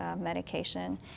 medication